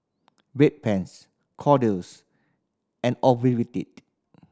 Bedpans Kordel's and Ocuvite